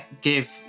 give